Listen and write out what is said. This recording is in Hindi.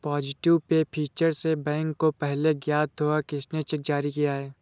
पॉजिटिव पे फीचर से बैंक को पहले ज्ञात होगा किसने चेक जारी किया है